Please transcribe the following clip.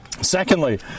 Secondly